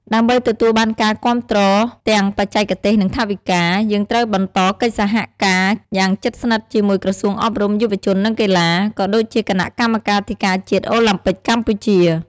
ដើម្បីទទួលបានការគាំទ្រទាំងបច្ចេកទេស និងថវិកា យើងត្រូវបន្តកិច្ចសហការយ៉ាងជិតស្និទ្ធជាមួយក្រសួងអប់រំ យុវជន និងកីឡា ក៏ដូចជាគណៈកម្មាធិការជាតិអូឡាំពិកកម្ពុជា ។